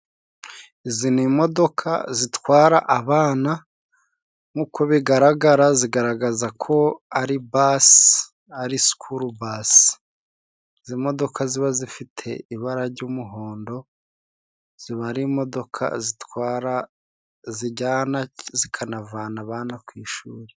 Izi ni imodoka zitwara abana nk'uko bigaragara, zigaragaza ko ari basi, ari sikurubasi. Izi modoka ziba zifite ibara jy'umuhondo, ziba ari imodoka zitwara, zijyana zikanavana abana ku ishuri.